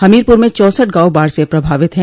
हमीरपुर में चौसठ गांव बाढ़ से प्रभावित है